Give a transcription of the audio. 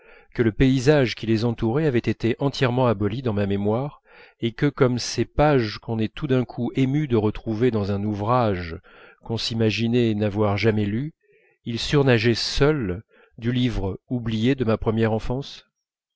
que le paysage qui les entourait avait été entièrement aboli dans ma mémoire et que comme ces pages qu'on est tout d'un coup ému de retrouver dans un ouvrage qu'on s'imaginait n'avoir jamais lu ils surnageaient seuls du livre oublié de ma première enfance